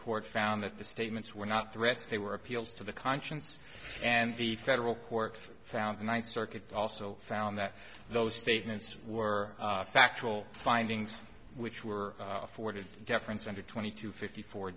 court found that the statements were not threats they were appeals to the conscience and the federal court found the ninth circuit also found that those statements were factual findings which were afforded deference hundred twenty to fifty four